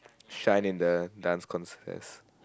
shine in the dance contest